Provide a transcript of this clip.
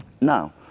Now